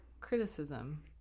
criticism